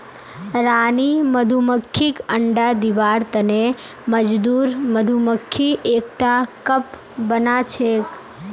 रानी मधुमक्खीक अंडा दिबार तने मजदूर मधुमक्खी एकटा कप बनाछेक